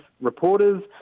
reporters